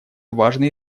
важной